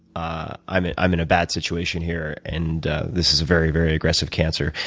ah i'm i'm in a bad situation here, and this is a very, very aggressive cancer.